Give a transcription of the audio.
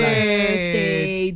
birthday